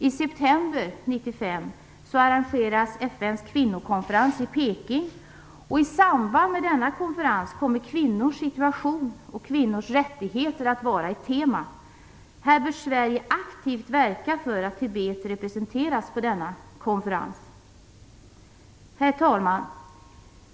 I september 1995 arrangeras FN:s kvinnokonferens i Peking. I samband med denna konferens kommer kvinnors situation och kvinnors rättigheter att vara ett tema. Sverige bör aktivt verka för att Tibet representeras på denna konferens. Herr talman!